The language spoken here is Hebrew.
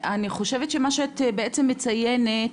אני חושבת שמה שאת בעצם מציינת,